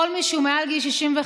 כל מי שהוא מעל גיל 65,